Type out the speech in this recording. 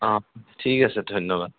অঁ ঠিক আছে ধন্যবাদ